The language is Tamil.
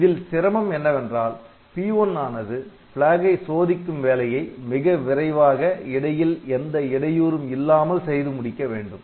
இதில் சிரமம் என்னவென்றால் P1 ஆனது Flag ஐ சோதிக்கும் வேலையை மிக விரைவாக இடையில் எந்த இடையூறும் இல்லாமல் செய்து முடிக்க வேண்டும்